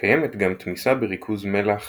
קיימת גם תמיסה בריכוז מלח